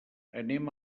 anem